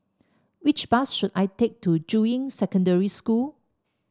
which bus should I take to Juying Secondary School